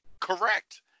correct